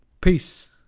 peace